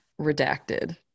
redacted